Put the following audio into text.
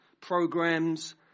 programs